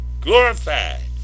glorified